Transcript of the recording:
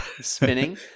Spinning